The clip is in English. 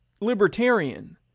libertarian